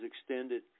extended